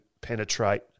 penetrate